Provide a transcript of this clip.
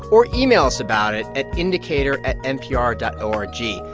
or email us about it at indicator at npr dot o r g.